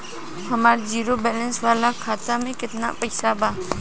हमार zero balance वाला खाता में केतना पईसा बा?